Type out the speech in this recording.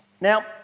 Now